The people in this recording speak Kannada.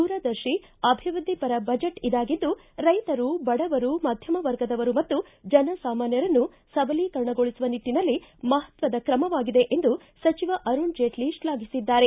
ದೂರದರ್ಶಿ ಅಭಿವೃದ್ದಿಪರ ಬಜೆಟ್ ಇದಾಗಿದ್ದು ರೈತರು ಬಡವರು ಮಧ್ಯಮ ವರ್ಗದವರು ಮತ್ತು ಜನಸಾಮಾನ್ನರನ್ನು ಸಬಲೀಕರಣಗೊಳಿಸುವ ನಿಟ್ಟಿನಲ್ಲಿ ಮಪತ್ವದ ಕ್ರಮವಾಗಿದೆ ಎಂದು ಸಚಿವ ಅರುಣ್ ಜೇಟ್ಲ ಶ್ಲಾಘಿಸಿದ್ದಾರೆ